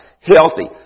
Healthy